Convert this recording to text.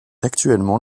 actuellement